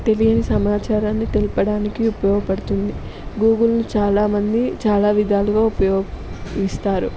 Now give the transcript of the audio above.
తెలియని సమాచారాన్ని తెలపడానికి ఉపయోగపడుతుంది గూగుల్ చాలా మంది చాలా విధాలుగా ఉపయోగిస్తారు